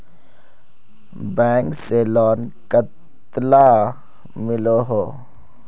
Bank से loan कतला मिलोहो?